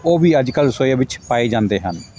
ਉਹ ਵੀ ਅੱਜ ਕੱਲ੍ਹ ਰਸੋਈਆਂ ਵਿੱਚ ਪਾਏ ਜਾਂਦੇ ਹਨ